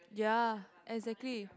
ya exactly